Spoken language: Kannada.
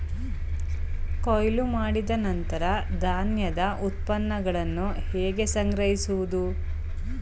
ಕೊಯ್ಲು ಮಾಡಿದ ನಂತರ ಧಾನ್ಯದ ಉತ್ಪನ್ನಗಳನ್ನು ಹೇಗೆ ಸಂಗ್ರಹಿಸುವುದು?